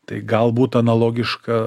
tai galbūt analogiška